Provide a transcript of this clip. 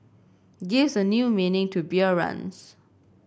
gives a new meaning to beer runs